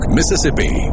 Mississippi